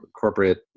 corporate